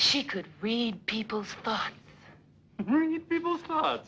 she could read people five people thought